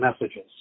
messages